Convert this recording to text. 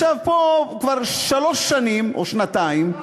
עכשיו פה כבר שלוש שנים או שנתיים,